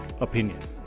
opinion